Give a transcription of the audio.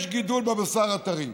יש גידול בבשר הטרי.